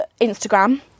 Instagram